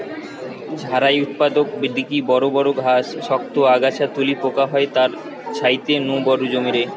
ঝাড়াই উৎপাটক দিকি বড় বড় ঘাস, শক্ত আগাছা তুলি পোকা হয় তার ছাইতে নু বড় জমিরে